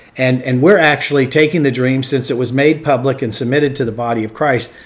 and and we're actually taking the dream since it was made public and submitted to the body of christ,